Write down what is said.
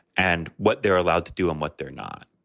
and what they're allowed to do and what they're not.